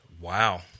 Wow